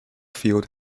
field